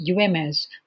UMS